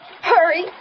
Hurry